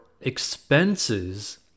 expenses